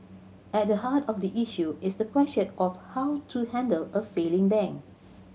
at the heart of the issue is the question of how to handle a failing bank